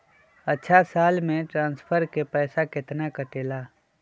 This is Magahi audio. अछा साल मे ट्रांसफर के पैसा केतना कटेला?